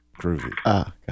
groovy